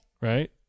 Right